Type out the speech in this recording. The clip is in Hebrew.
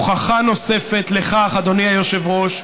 הוכחה נוספת לכך, אדוני היושב-ראש,